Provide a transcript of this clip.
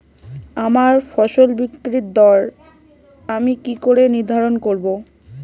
আমার ফসল বিক্রির দর আমি কি করে নির্ধারন করব?